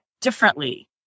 differently